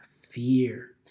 fear